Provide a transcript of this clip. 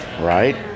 right